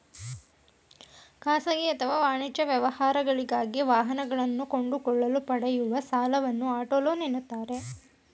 ಖಾಸಗಿ ಅಥವಾ ವಾಣಿಜ್ಯ ವ್ಯವಹಾರಗಳಿಗಾಗಿ ವಾಹನಗಳನ್ನು ಕೊಂಡುಕೊಳ್ಳಲು ಪಡೆಯುವ ಸಾಲವನ್ನು ಆಟೋ ಲೋನ್ ಎನ್ನುತ್ತಾರೆ